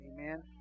Amen